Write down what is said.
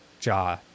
jaw